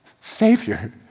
Savior